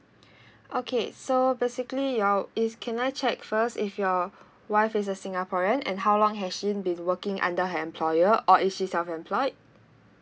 okay so basically you're is can I check first if your wife is a singaporean and how long has she been working under her employer or is she self employed